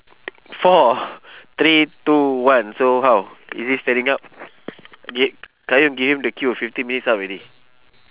four three two one so how is it standing up okay qayyum give him the cue fifteen minutes up already